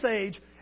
age